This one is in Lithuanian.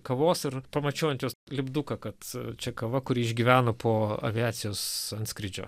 kavos ir pamačiau ant jos lipduką kad čia kava kuri išgyveno po aviacijos antskrydžio